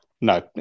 No